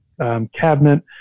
cabinet